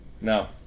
No